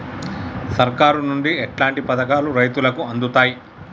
సర్కారు నుండి ఎట్లాంటి పథకాలు రైతులకి అందుతయ్?